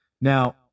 Now